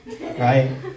right